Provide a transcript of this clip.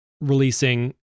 releasing